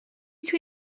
توی